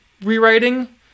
rewriting